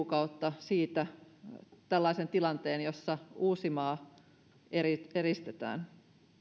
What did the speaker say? näkisimme pari kuukautta siitä tällaisen tilanteen jossa uusimaa eristetään